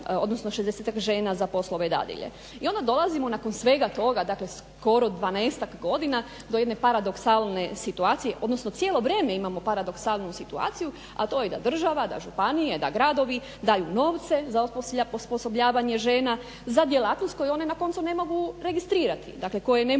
odnosno 60 žena za poslove dadilja i onda dolazimo nakon svega toga, skoro 12 godina do jedne paradoksalne situacije. Odnosno cijelo vrijeme imamo paradoksalnu situaciju a to je da država, da županija, da gradovi daju novce za osposobljavanje žena za djelatnost koju one na koncu ne mogu registrirati, dakle koje ne mogu